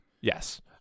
Yes